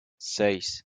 seis